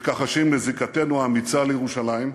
מתכחשים לזיקתנו האמיצה לירושלים,